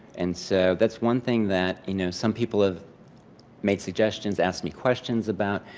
and so, that's one thing that, you know, some people have made suggestions, asked me questions about.